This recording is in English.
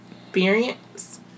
experience